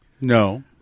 No